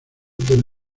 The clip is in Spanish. del